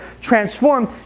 transformed